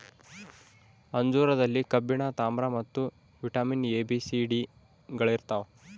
ಅಂಜೂರದಲ್ಲಿ ಕಬ್ಬಿಣ ತಾಮ್ರ ಮತ್ತು vitamin A B C D ಗಳಿರ್ತಾವ